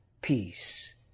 peace